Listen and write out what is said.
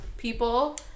people